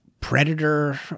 predator